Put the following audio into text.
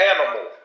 animal